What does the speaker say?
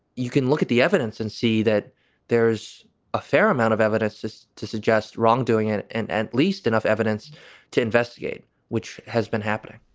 you can look at the evidence and see that there's a fair amount of evidence to to suggest wrongdoing and at least enough evidence to investigate which has been happening